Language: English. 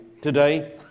today